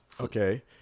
okay